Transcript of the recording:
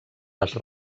les